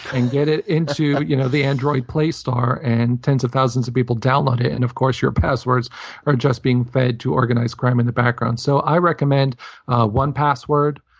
and get it into you know the android play star. and tens of thousands of people download it, and of course, your passwords are just being fed to organized crime in the background. so i recommend one password.